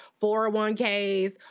401ks